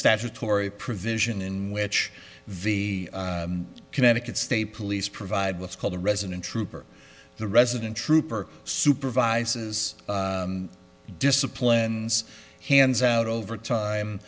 statutory provision in which v connecticut state police provide what's called a resident trooper the resident trooper supervises disciplines hands out over time